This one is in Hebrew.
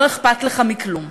לא אכפת לך מכלום.